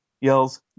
yells